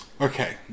Okay